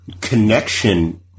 connection